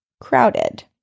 crowded